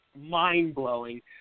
mind-blowing